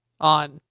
on